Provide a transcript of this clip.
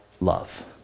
love